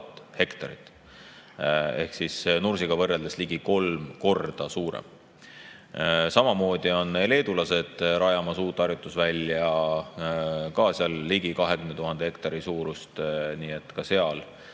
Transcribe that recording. hektarit ehk Nursiga võrreldes ligi kolm korda suurem. Samamoodi on leedulased rajamas uut harjutusvälja, ka ligi 20 000 hektari suurust. Nii et ka